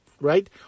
right